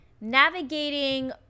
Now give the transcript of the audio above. navigating